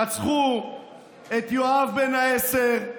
רצחו את יואב בן העשר,